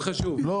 זה